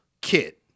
Kit